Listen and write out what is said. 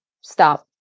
stop